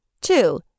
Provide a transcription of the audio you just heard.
Two